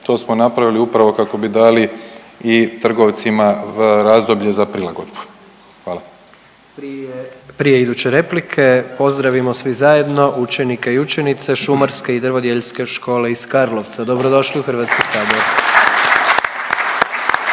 To smo napravili upravo kako bi dali i trgovcima razdoblje za prilagodbu. Hvala. **Jandroković, Gordan (HDZ)** Prije, prije iduće replike pozdravimo svi zajedno učenike i učenice Šumarske i drvodjeljske škole iz Karlovca. Dobro došli u Hrvatski sabor.